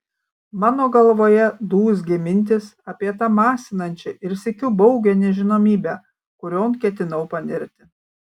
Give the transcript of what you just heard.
mano galvoje dūzgė mintys apie tą masinančią ir sykiu baugią nežinomybę kurion ketinau panirti